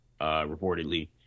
reportedly